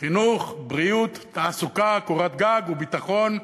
חינוך, בריאות, תעסוקה, קורת-גג וביטחון.